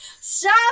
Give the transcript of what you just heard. Stop